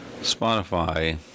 Spotify